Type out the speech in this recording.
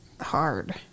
hard